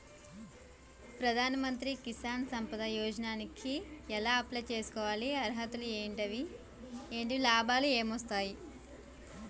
ప్రధాన మంత్రి కిసాన్ సంపద యోజన కి ఎలా అప్లయ్ చేసుకోవాలి? అర్హతలు ఏంటివి? లాభాలు ఏమొస్తాయి?